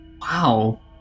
Wow